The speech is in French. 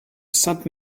sainte